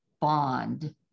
bond